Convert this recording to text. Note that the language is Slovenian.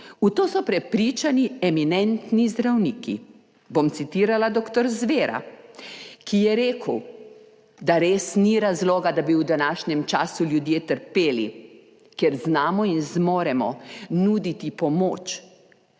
v to so prepričani eminentni zdravniki. Bom citirala doktor Zvera, ki je rekel, da res ni razloga, da bi v današnjem času ljudje trpeli, ker znamo in zmoremo nuditi pomoč